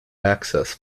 access